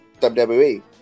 WWE